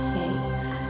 safe